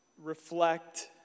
reflect